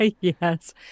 Yes